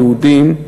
היהודים,